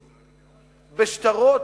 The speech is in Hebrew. בשטרות,